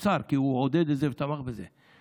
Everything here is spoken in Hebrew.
כי הוא עודד את זה ותמך בזה,